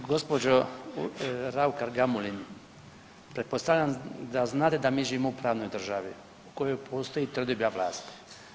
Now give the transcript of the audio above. Gospođo Raukar Gamulin pretpostavljam da znate da mi živimo u pravnoj državi u kojoj postoji trodioba vlasti.